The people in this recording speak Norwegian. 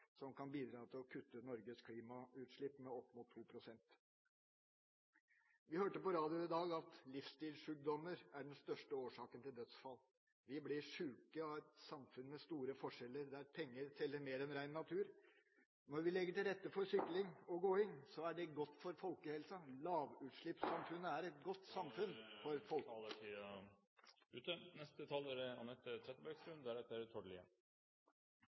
som kan bidra til å kutte Norges klimautslipp med opp mot 2 pst. Vi hørte på radioen i dag at livsstilssjukdommer er den største årsaken til dødsfall. Vi blir sjuke av et samfunn med store forskjeller, der penger teller mer enn ren natur. Når vi legger til rette for sykling og gåing, er det godt for folkehelsa. Lavutslippssamfunnet er et godt samfunn for